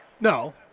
No